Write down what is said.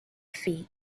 feet